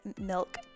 milk